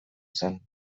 zen